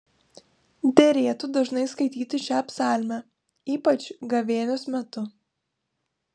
derėtų dažnai skaityti šią psalmę ypač gavėnios metu